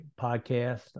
podcast